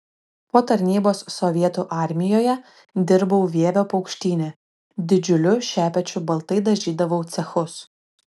po tarnybos sovietų armijoje dirbau vievio paukštyne didžiuliu šepečiu baltai dažydavau cechus